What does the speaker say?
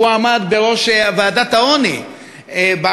הוא עמד בראש הוועדה למלחמה בעוני בקדנציה,